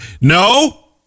No